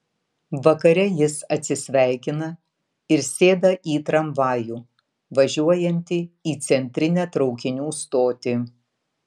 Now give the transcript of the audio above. vakare jis atsisveikina ir sėda į tramvajų važiuojantį į centrinę traukinių stotį